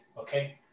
Okay